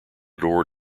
door